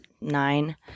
Nine